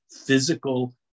physical